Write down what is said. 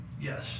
Yes